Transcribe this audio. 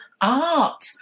art